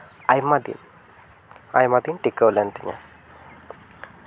ᱟᱭᱢᱟ ᱫᱤᱱ ᱟᱭᱢᱟ ᱫᱤᱱ ᱴᱤᱠᱟᱹᱣ ᱞᱮᱱ ᱛᱤᱧᱟ